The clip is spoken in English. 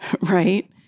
Right